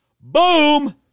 Boom